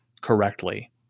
correctly